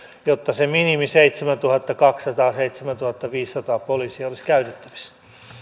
jotta se minimi seitsemäntuhattakaksisataa viiva seitsemäntuhattaviisisataa poliisia olisi käytettävissä